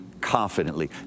confidently